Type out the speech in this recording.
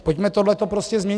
Pojďme tohleto prostě změnit.